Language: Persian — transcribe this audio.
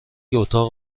اتاق